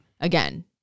again